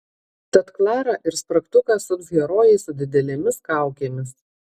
tad klarą ir spragtuką sups herojai su didelėmis kaukėmis